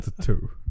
two